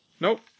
Nope